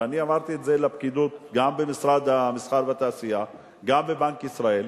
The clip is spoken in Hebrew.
ואני אמרתי את זה לפקידות גם במשרד המסחר והתעשייה וגם בבנק ישראל,